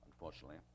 unfortunately